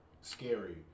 scary